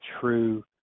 true